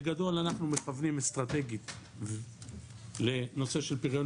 בגדול אנחנו מכוונים אסטרטגית לנושא של פריון